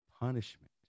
punishment